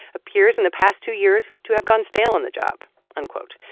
appears in the past two years to have gone stale on the job unquote.